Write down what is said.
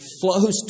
flows